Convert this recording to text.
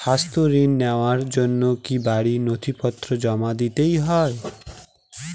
স্বাস্থ্য ঋণ নেওয়ার জন্য কি বাড়ীর নথিপত্র জমা দিতেই হয়?